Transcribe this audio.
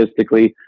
logistically